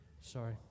Sorry